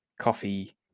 coffee